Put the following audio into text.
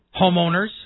homeowners